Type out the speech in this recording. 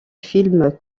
film